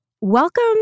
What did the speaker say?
welcome